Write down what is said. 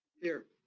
here.